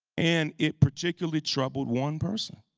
and it particularly troubled one person.